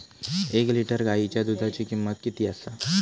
एक लिटर गायीच्या दुधाची किमंत किती आसा?